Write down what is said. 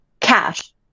cash